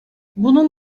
bunun